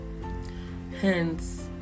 Hence